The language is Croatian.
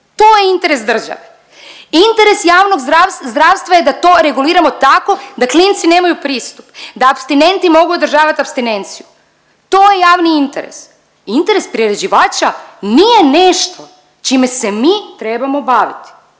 to je interes države. Interes javnog zdravstva je da to reguliramo tako da klinci nemaju pristup, da apstinenti mogu održavat apstinenciju, to je javni interes, interes priređivača nije nešto čime se mi trebamo baviti,